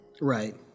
Right